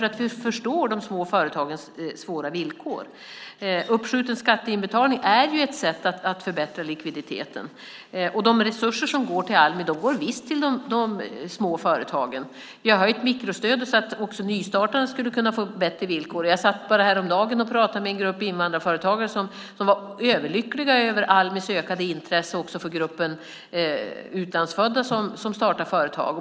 Vi förstår de små företagens svåra villkor. Uppskjuten skatteinbetalning är ett sätt att förbättra likviditeten, och resurserna till Almi går visst till de små företagen. Vi har höjt mikrostödet till nystartade företag för att de ska kunna få bättre villkor. Så sent som häromdagen pratade jag med en grupp invandrarföretagare som var överlyckliga över Almis ökade intresse också för gruppen utlandsfödda som startar företag.